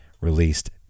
released